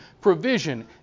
Provision